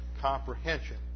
comprehension